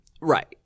Right